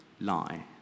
lie